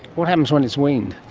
what happens when it's weaned?